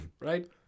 right